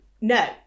no